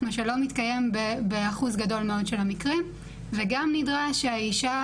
מה שלא מתקיים באחוז גדול מאוד של המקרים וגם נדרש שהאישה